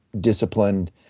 Disciplined